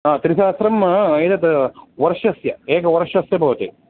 हा त्रिसहस्रम् आ एतत् वर्षस्य एकवर्षस्य भवति